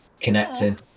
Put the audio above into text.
connecting